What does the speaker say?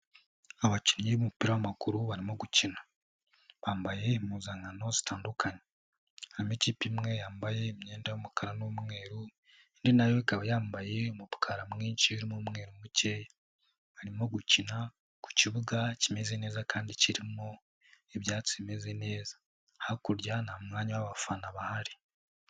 Abakinnyi b'umupira w'amaguru barimo gukina bambaye impuzankano zitandukanye, amakipe imwe yambaye imyenda y'umukara n'umweru indi nayo ikaba yambaye umukara mwinshi n'umweru mukeya, barimo gukina ku kibuga kimeze neza kandi kirimo ibyatsi bimeze neza hakurya nta mwanya w'abafana bahari.